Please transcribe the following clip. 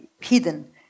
hidden